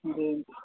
गाँव